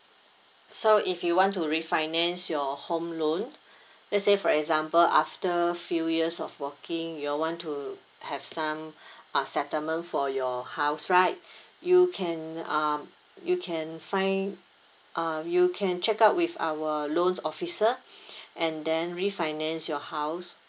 so if you want to refinance your home loan let's say for example after few years of working you all want to have some uh settlement for your house right you can um you can find um you can check out with our loans officer and then refinance your house